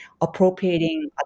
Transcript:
appropriating